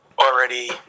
already